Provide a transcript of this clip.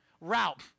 route